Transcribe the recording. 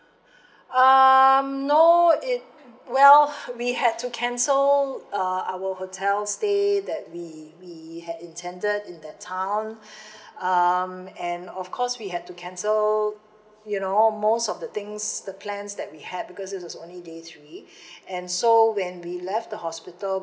um no it well we had to cancel uh our hotel stay that we we had intended in that town um and of course we had to cancel you know most of the things the plans that we had because it is only day three and so when we left the hospital